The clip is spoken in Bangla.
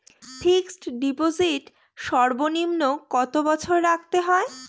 ফিক্সড ডিপোজিট সর্বনিম্ন কত বছর রাখতে হয়?